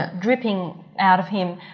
ah dripping out of him,